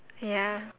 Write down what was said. ya